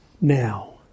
now